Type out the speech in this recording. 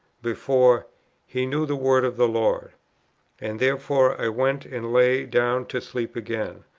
before he knew the word of the lord and therefore i went, and lay down to sleep again.